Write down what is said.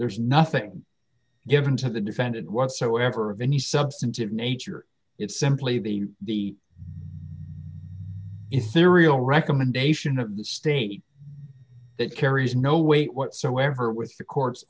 there's nothing given to the defendant whatsoever of any substantive nature it's simply be the if serial recommendation of the state that carries no weight whatsoever with the court